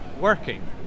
working